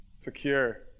Secure